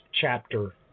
chapter